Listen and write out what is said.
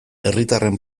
herritarren